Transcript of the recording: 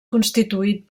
constituït